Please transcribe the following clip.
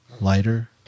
lighter